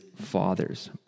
fathers